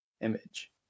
image